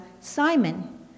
Simon